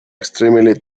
extremely